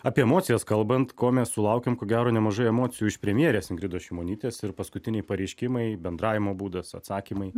apie emocijas kalbant ko mes sulaukėm ko gero nemažai emocijų iš premjerės ingridos šimonytės ir paskutiniai pareiškimai bendravimo būdas atsakymai